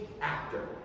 actor